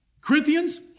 Corinthians